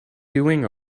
doing